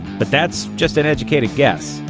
but that's just an educated guess.